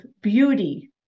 beauty